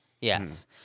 yes